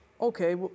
okay